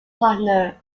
partner